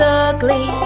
ugly